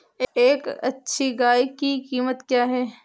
एक अच्छी गाय की कीमत क्या है?